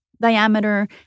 diameter